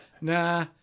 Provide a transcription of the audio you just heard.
nah